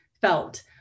felt